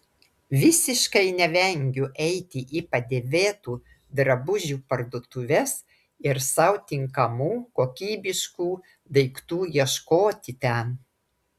visiškai nevengiu eiti į padėvėtų drabužių parduotuves ir sau tinkamų kokybiškų daiktų ieškoti ten